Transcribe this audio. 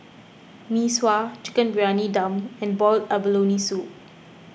Mee Sua Chicken Briyani Dum and Boiled Abalone Soup